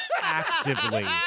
actively